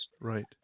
Right